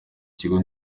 kigo